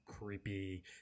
creepy